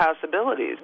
possibilities